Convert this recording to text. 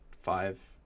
five